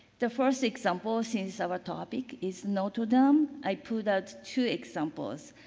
the first example since our topic is notre dame, i put out two examples.